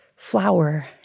flower